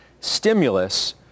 stimulus